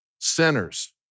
sinners